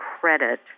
credit